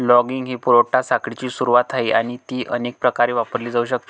logging ही पुरवठा साखळीची सुरुवात आहे आणि ती अनेक प्रकारे वापरली जाऊ शकते